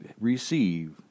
receive